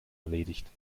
erledigt